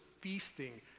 feasting